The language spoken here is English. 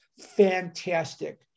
Fantastic